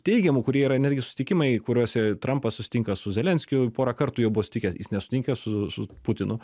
teigiamų kurie yra netgi susitikimai kuriuose trampas susitinka su zelenskiu porą kartų jau buvo susitikę jis nesusitinka su su putinu